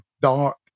dark